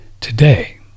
today